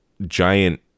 giant